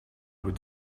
with